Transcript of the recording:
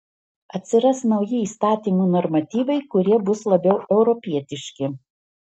atsiras nauji įstatymų normatyvai kurie bus labiau europietiški